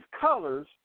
colors